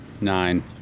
Nine